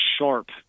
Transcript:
sharp